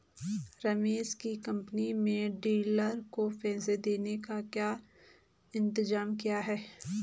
रमेश की कंपनी में डीलर को पैसा देने का क्या इंतजाम किया है?